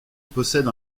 possède